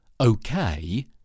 okay